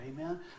amen